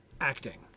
acting